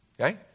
okay